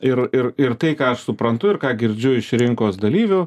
ir ir ir tai ką aš suprantu ir ką girdžiu iš rinkos dalyvių